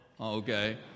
Okay